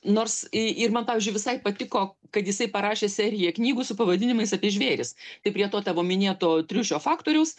nors i ir man pavyzdžiui visai patiko kad jisai parašė seriją knygų su pavadinimais apie žvėris tai prie to tavo minėto triušio faktoriaus